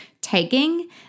taking